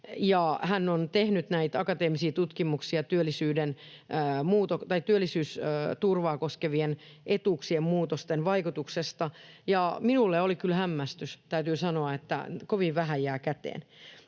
hän on tehnyt näitä akateemisia tutkimuksia työllisyysturvaa koskevien etuuksien muutosten vaikutuksesta. Minulle oli kyllä hämmästys, täytyä sanoa, että kovin vähän jää käteen.